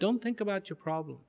don't think about your problem